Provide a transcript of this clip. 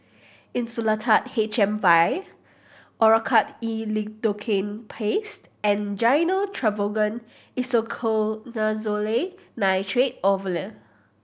Insulatard H M Vial Oracort E Lidocaine Paste and Gyno Travogen Isoconazole Nitrate Ovule